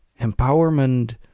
Empowerment